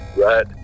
right